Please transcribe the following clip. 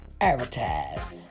advertise